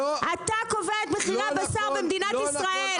אתה קובע את מחירי הבשר במדינת ישראל,